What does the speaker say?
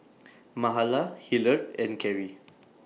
Mahala Hillard and Carry